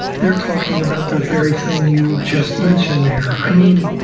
they're talking about the very thing you just mentioned there. i mean,